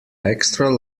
extra